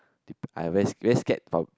I very very scare of